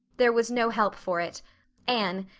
there was no help for it anne,